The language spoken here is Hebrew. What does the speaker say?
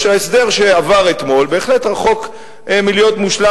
שההסדר שעבר אתמול בהחלט רחוק מלהיות מושלם.